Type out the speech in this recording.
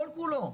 כל כולו,